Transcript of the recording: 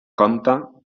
compta